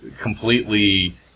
completely